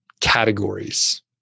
categories